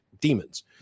demons